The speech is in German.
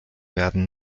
werden